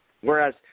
Whereas